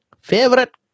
favorite